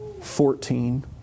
fourteen